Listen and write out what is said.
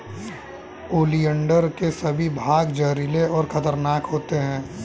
oleander के सभी भाग जहरीले और खतरनाक होते हैं